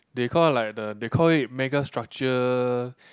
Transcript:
they call like the they call it mega structure